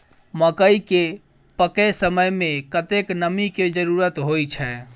मकई केँ पकै समय मे कतेक नमी केँ जरूरत होइ छै?